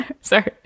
sorry